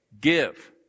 give